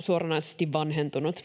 suoranaisesti vanhentunut.